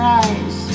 eyes